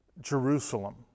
Jerusalem